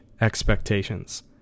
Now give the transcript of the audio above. expectations